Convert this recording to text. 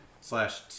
Slash